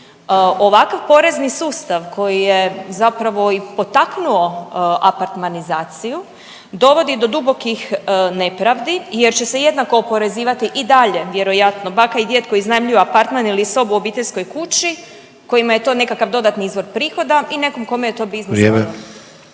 Ovakav porezni sustav koji je zapravo i potaknuo apartmanizaciju dovodi do dubokih nepravdi jer će se jednako oporezivati i dalje vjerojatno baka i djed koji iznajmljuju apartman ili sobu u obiteljskoj kući kojima je to nekakav dodatni izvor prihoda i nekom kome je to biznis